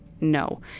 no